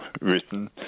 written